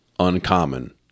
uncommon